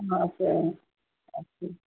আছে অঁ আছে